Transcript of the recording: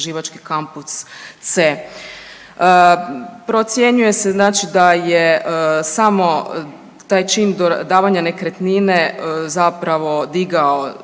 istraživački kampus C. Procjenjuje se da je samo taj čin davanja nekretnine zapravo digao